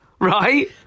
Right